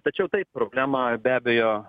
tačiau taip problema be abejo